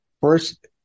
First